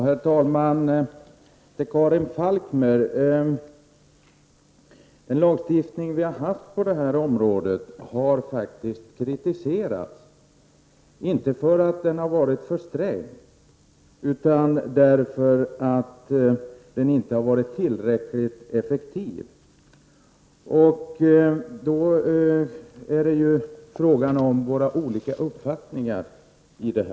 Herr talman! Till Karin Falkmer vill jag säga att den lagstiftning vi har haft på det här området faktiskt har kritiserats, inte för att den har varit för sträng utan därför att den inte har varit tillräckligt effektiv. Vi har olika uppfattningar om detta.